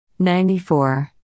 94